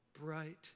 bright